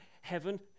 heaven